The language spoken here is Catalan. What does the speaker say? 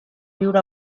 viure